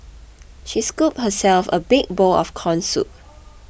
she scooped herself a big bowl of Corn Soup